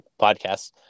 podcasts